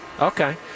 Okay